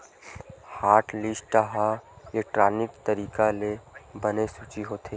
hotlist ह electronic तरीका ले बने सूची होथे